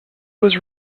was